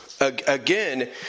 again